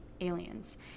aliens